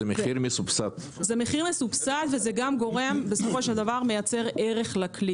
זה מחיר מסובסד וגם מייצר ערך לכלי.